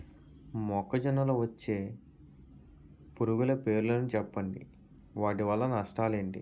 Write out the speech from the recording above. మొక్కజొన్న లో వచ్చే పురుగుల పేర్లను చెప్పండి? వాటి వల్ల నష్టాలు ఎంటి?